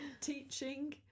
teaching